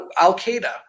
al-Qaeda